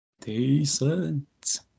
Decent